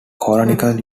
colloquial